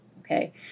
okay